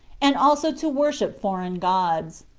and also to worship foreign gods.